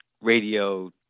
radio